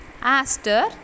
Aster